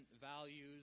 values